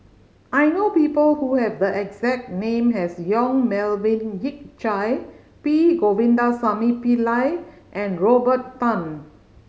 I know people who have the exact name as Yong Melvin Yik Chye P Govindasamy Pillai and Robert Tan